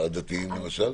הדתיים למשל.